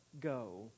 go